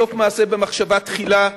סוף מעשה במחשבה תחילה.